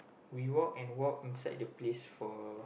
we walk and walk inside the place for